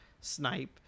snipe